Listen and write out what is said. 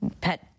pet